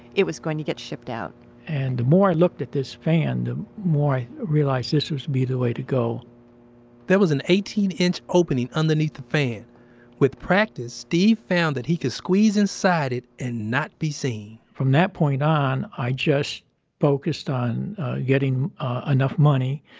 it was going to get shipped out and the more i looked at this fan, the more i realize this was gonna be the way to go there was an eighteen inch opening underneath the fan with practice, steve found that he could squeeze inside it and not be seen from that point on, i just focused on getting, uh ah enough money,